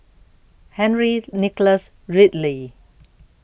Henry Nicholas Ridley